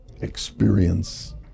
experience